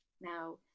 Now